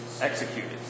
executed